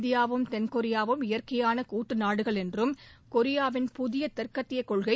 இந்தியாவும் தென்கொரியாவும் இயற்கையான கூட்டு நாடுகள் என்றும் கொரியாவின் புதிய தெற்கத்திய கொள்கை